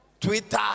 Twitter